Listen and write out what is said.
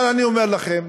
אבל אני אומר לכם,